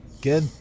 good